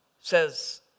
says